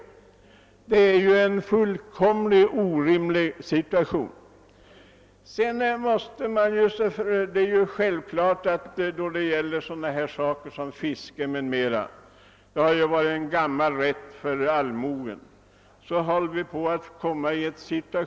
Allmogen har sedan gammalt haft rätten att fiska.